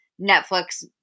Netflix